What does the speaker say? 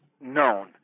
known